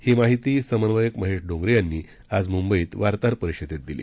ही माहिती समन्वयक महेश डोंगरे यांनी आज मुंबईत पत्रकार परिषदेत दिली